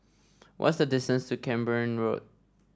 what's the distance to Camborne Road